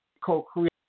co-create